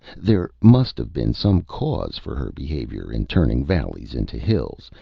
there must have been some cause for her behavior in turning valleys into hills,